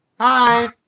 Hi